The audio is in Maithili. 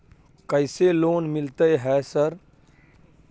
कैसे लोन मिलते है सर?